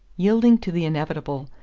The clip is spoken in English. yielding to the inevitable,